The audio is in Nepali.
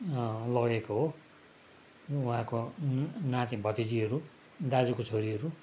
लगेको हो उहाँको नाती भतिजीहरू दाजुको छोरीहरू